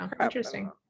interesting